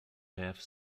have